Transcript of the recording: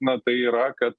na tai yra kad